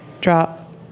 drop